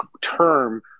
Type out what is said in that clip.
term